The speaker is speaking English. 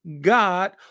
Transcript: God